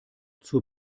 zur